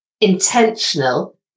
intentional